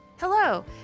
Hello